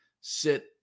sit